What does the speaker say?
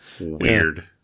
Weird